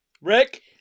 Rick